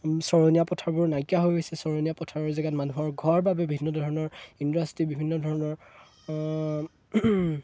চৰণীয়া পথাৰবোৰ নাইকিয়া হৈ গৈছে চৰণীয়া পথাৰৰ জেগাত মানুহৰ ঘৰ বাবে বিভিন্ন ধৰণৰ ইণ্ডাষ্ট্ৰী বিভিন্ন ধৰণৰ